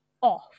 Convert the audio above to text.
off